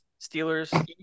Steelers